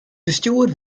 bestjoer